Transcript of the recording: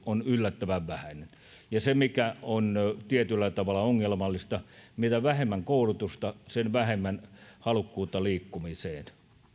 on yllättävän vähäistä ja se mikä on tietyllä tavalla ongelmallista on se että mitä vähemmän koulutusta sen vähemmän halukkuutta liikkumiseen